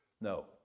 No